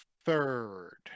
third